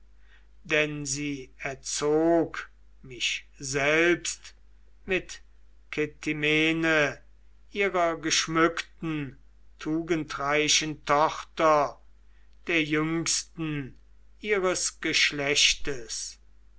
denn sie erzog mich selbst mit ktimene ihrer geschmückten tugendreichen tochter der jüngsten ihres geschlechtes